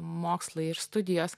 mokslai ir studijos